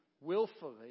willfully